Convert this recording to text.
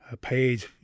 paid